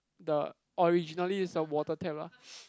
the originally is a water tap lah